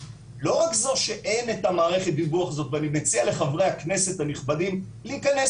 לא רק זו שאין את המערכת דיווח הזאת ואני מציע לחברי הכנסת הנכבדים להיכנס